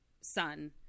son